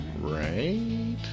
right